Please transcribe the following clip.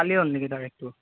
কালি হ'ল নেকি তাৰ সেইটো